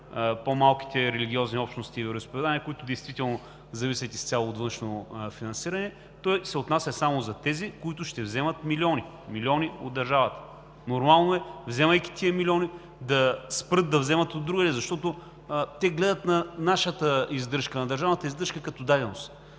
по-малките религиозни общности и вероизповедания, които действително зависят изцяло от външно финансиране. Той се отнася само за тези, които ще вземат милиони от държавата. Нормално е, вземайки тези милиони да спрат да вземат от другаде, защото те гледат на нашата издръжка – на държавната издръжка, като даденост,